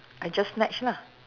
I just snatch lah